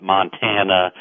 Montana